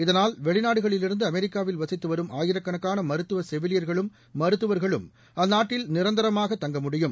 இதனால் வெளிநாடுகளில் இருந்து அமெரிக்காவில் வசித்து வரும் ஆயிரக்கணக்கான மருத்துவ செவிலியர்களும் மருத்துவர்களும் அந்நாட்டில் நிரந்திரமாக தங்க முடியும்